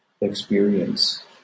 experience